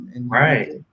Right